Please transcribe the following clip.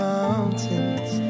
Mountains